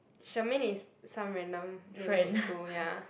Charmaine is some random neighborhood school ya